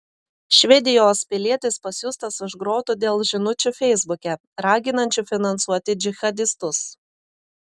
švedijos pilietis pasiųstas už grotų dėl žinučių feisbuke raginančių finansuoti džihadistus